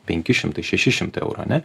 penki šimtai šeši šimtai eurų ane